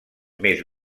més